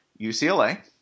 UCLA